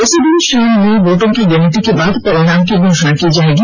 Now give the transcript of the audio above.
उसी दिन शाम में वोटों की गिनती के बाद परिणाम की घोषणा की जायेगी